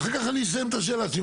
ואחר כך אני אסיים את השאלה שלי,